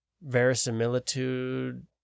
verisimilitude